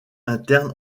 interne